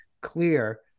clear